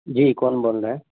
جی کون بول رہے ہیں